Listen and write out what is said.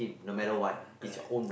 correct correct correct